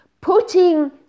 Putting